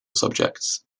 subjects